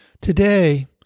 Today